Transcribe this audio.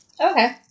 Okay